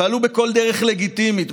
פעלו בכל דרך לגיטימית,